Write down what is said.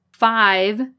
Five